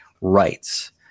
rights